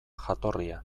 jatorria